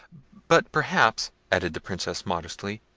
but, perhaps, added the princess modestly,